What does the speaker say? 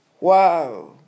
Wow